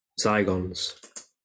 Zygons